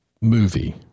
movie